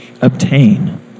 obtain